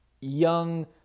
young